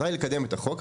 המטרה היא לקדם את החוק,